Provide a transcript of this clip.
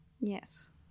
Yes